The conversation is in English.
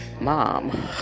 mom